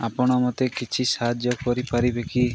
ଆପଣ ମୋତେ କିଛି ସାହାଯ୍ୟ କରିପାରିବେ କି